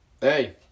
hey